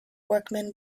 workman